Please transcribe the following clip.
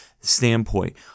standpoint